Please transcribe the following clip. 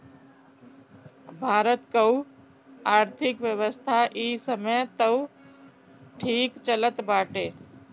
भारत कअ आर्थिक व्यवस्था इ समय तअ ठीक चलत बाटे